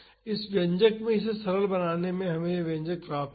इस व्यंजक में और इसे सरल बनाने से हमें यह व्यंजक प्राप्त होगा